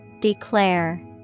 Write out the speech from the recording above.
Declare